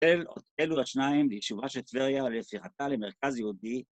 אל... אלו השניים, ב‫ישובה של טבריה, ‫והפיכתה למרכז יהודי.